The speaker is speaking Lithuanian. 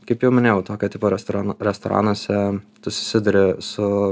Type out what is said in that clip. kaip jau minėjau tokio tipo restoranų restoranuose tu susiduri su